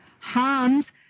Hans